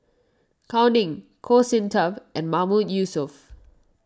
Gao Ning Goh Sin Tub and Mahmood Yusof